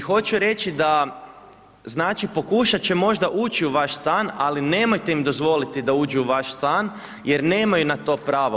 I hoću reći da, znači pokušati će možda ući u vaš stan ali nemojte im dozvoliti da uđu u vaš stan jer nemaju na to pravo.